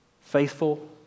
Faithful